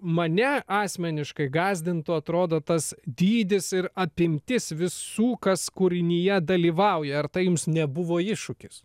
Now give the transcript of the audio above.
mane asmeniškai gąsdintų atrodo tas dydis ir apimtis visų kas kūrinyje dalyvauja ar tai jums nebuvo iššūkis